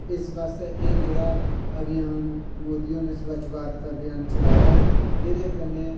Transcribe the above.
ते इस बास्तै एह् जेह्ड़ा अभियान मोदी होरैं स्वच्छ भारत अभियान चलाया ऐ एह्दे कन्नै